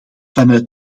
vanuit